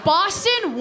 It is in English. Boston